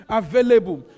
available